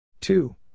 Two